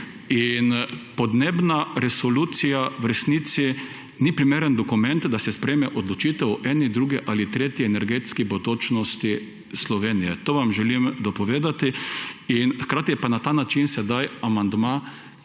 In podnebna resolucija v resnici ni primeren dokument, da se sprejme odločitev o eni, drugi ali tretji energetski bodočnosti Slovenije. To vam želim dopovedati. Hkrati je pa na ta način sedaj amandma,